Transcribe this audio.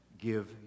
give